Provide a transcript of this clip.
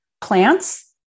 plants